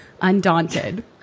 Undaunted